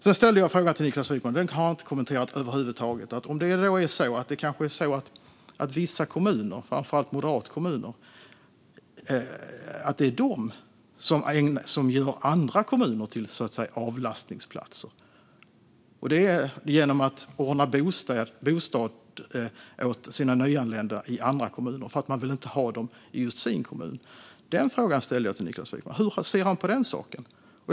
Jag ställde en fråga till Niklas Wykman som han inte har kommenterat över huvud taget, nämligen att det kanske är så att det är vissa kommuner, framför allt moderata kommuner, som gör andra kommuner till avlastningsplatser genom att ordna bostad åt sina nyanlända i andra kommuner eftersom man inte vill ha dem i sin egen kommun. Hur ser Niklas Wykman på den saken?